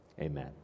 Amen